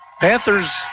Panthers